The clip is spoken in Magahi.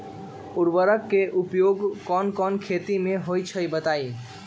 उर्वरक के उपयोग कौन कौन खेती मे होई छई बताई?